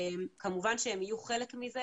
כמובן שהם יהיו חלק מזה.